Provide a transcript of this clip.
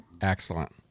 Excellent